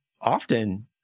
often